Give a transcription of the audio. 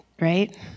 right